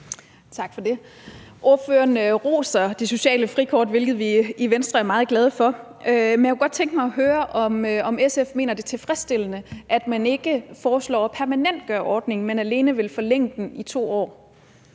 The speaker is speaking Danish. Tak for det. Ordføreren roser det sociale frikort, hvilket vi i Venstre er meget glade for. Men jeg kunne godt tænke mig at høre, om SF mener, at det er tilfredsstillende, at man ikke foreslår at permanentgøre ordningen, men alene vil forlænge den i 2 år.